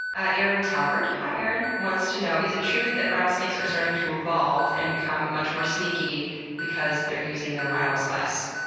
ah erin talbert hi, erin wants to know is it true that rattlesnakes are starting to evolve and become much more sneaky because they're using their rattles less?